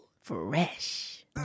Fresh